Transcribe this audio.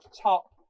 top